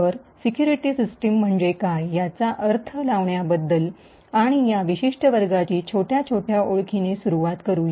तर security system म्हणजे काय याचा अर्थ लावण्याबद्दल आपण या विशिष्ट वर्गाची छोट्या छोट्या ओळखाने सुरुवात करू या